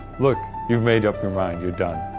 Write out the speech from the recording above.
look, you've made up your mind, you're done.